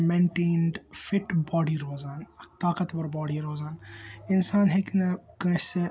اَکھ maintained fit body روزان اَکھ طاقتور باڈی روزان اِنسان ہیٚکہِ نہٕ کٲنٛسہِ